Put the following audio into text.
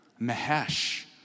Mahesh